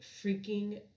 freaking